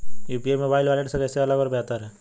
UPI mobile wallet से कैसे अलग और बेहतर है?